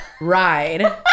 ride